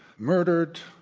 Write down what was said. murdered,